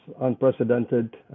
unprecedented